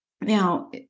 now